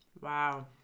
Wow